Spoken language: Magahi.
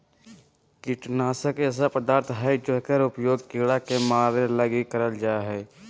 कीटनाशक ऐसे पदार्थ हइंय जेकर उपयोग कीड़ा के मरैय लगी करल जा हइ